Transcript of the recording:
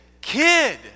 kid